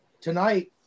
tonight